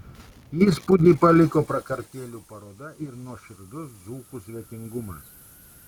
įspūdį paliko prakartėlių paroda ir nuoširdus dzūkų svetingumas